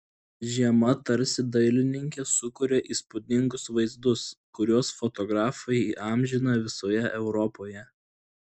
žiema tarsi dailininke sukuria įspūdingus vaizdus kuriuos fotografai įamžina visoje europoje